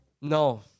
No